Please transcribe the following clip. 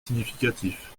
significatif